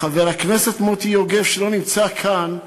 וחבר הכנסת מוטי יוגב, שלא נמצא כאן,